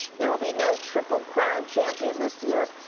there will be no triple crown champion this year.